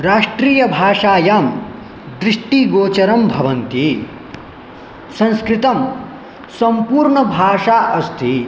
राष्ट्रियभाषायां दृष्टिगोचरं भवन्ति संस्कृतं सम्पूर्णभाषा अस्ति